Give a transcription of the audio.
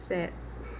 sad